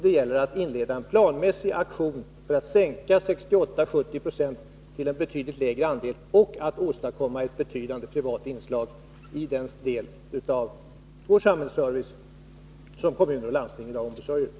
Det gäller att inleda en planmässig aktion för att sänka den offentliga verksamhetens omfattning 60-70 2 till en betydligt mindre andel och att åstadkomma ett betydande privatinslag i den del av vår Nr 52